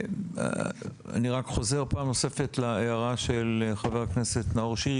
אני רק חוזר פעם נוספת להערה של חה"כ נאור שירי.